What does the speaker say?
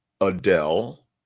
Adele